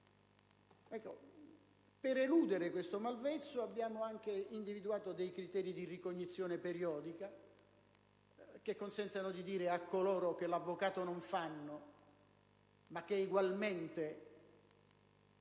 ricorso a questo malvezzo abbiamo anche individuato dei criteri di ricognizione periodica che consentano di dire a coloro che l'avvocato non lo fanno, ma che egualmente